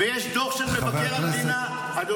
ויש דוח של מבקר המדינה --- תודה רבה.